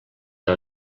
que